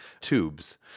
tubes